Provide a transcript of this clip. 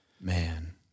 Man